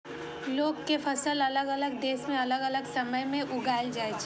लौंग के फसल अलग अलग देश मे अलग अलग समय मे उगाएल जाइ छै